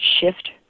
shift